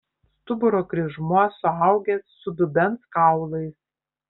stuburo kryžmuo suaugęs su dubens kaulais